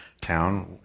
town